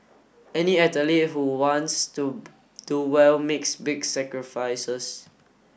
any athlete who wants to do well makes big sacrifices